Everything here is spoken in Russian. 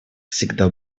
всегда